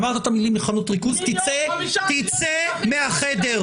אמרת מלים מחנות ריכוז, צא מהחדר.